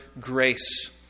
grace